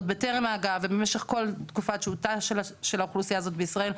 עוד בטרם ההגעה ובמשך כל תקופת שהותה של האוכלוסייה הזאת בישראל,